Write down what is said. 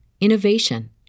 innovation